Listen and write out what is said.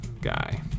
guy